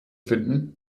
finden